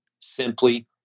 simply